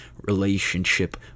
relationship